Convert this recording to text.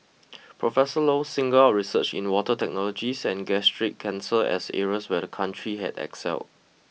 Professor Low singled out research in water technologies and gastric cancer as areas where the country had excelled